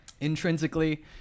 Intrinsically